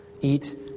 Eat